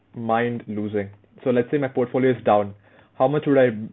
mind losing so let's say my portfolio is down how much would I